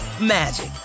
magic